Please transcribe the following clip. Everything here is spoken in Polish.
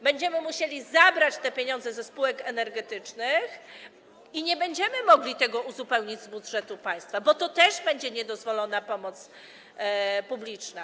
Będziemy musieli zabrać te pieniądze ze spółek energetycznych i nie będziemy mogli tego uzupełnić z budżetu państwa, bo to też będzie niedozwolona pomoc publiczna.